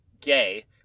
Gay